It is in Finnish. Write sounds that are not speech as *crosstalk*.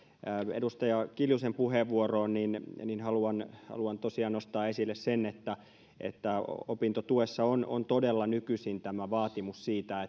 edustaja kiljusen puheenvuoroon haluan haluan nostaa esille sen että että opintotuessa on on todella nykyisin tämä vaatimus siitä *unintelligible*